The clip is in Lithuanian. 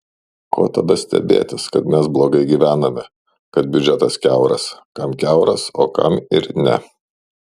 ko tada stebėtis kad mes blogai gyvename kad biudžetas kiauras kam kiauras o kam ir ne